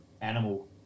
animal